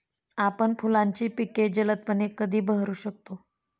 आपण फुलांची पिके जलदपणे कधी बहरू शकतो?